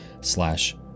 slash